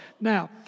Now